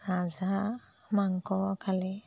ভাজা মাংস খালে